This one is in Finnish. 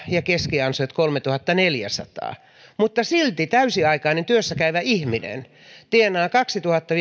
ja keskiansiot kolmetuhattaneljäsataa mutta silti täysiaikainen työssä käyvä ihminen tienaa kaksituhatta